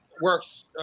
works